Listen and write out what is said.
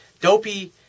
dopey